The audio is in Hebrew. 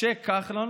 משה כחלון